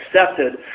accepted